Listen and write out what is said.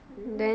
mm